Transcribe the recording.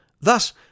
Thus